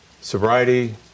sobriety